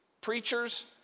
preachers